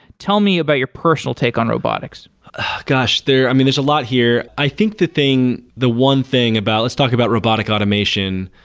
tell me about your personal take on robotics gosh. i mean, there's a lot here. i think the thing, the one thing about let's talk about robotic automation.